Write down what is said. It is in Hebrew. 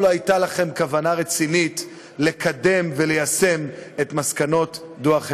הייתה רצה להעביר בנשיאות חוק כדי לאפשר הנחה של הדבר הזה.